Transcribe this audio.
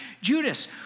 Judas